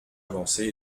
avancée